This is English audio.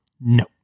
no